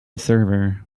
server